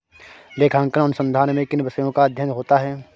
लेखांकन अनुसंधान में किन विषयों का अध्ययन होता है?